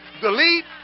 delete